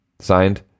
Signed